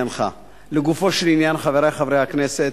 אדוני היושב-ראש, חברי חברי הכנסת,